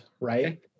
right